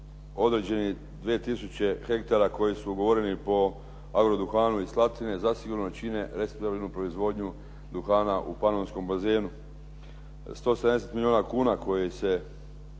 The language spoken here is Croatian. određeni 2000 ha koji su ugovoreni po “Agro duhanu“ iz Slatine zasigurno čine …/Govornik se ne razumije./… proizvodnju duhana u Panonskom bazenu. 170 milijuna kuna kojih se